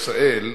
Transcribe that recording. ממשלת ישראל,